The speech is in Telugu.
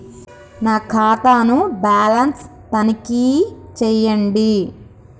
నా ఖాతా ను బ్యాలన్స్ తనిఖీ చేయండి?